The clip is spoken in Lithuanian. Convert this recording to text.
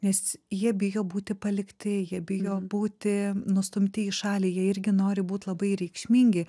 nes jie bijo būti palikti jie bijo būti nustumti į šalį jie irgi nori būt labai reikšmingi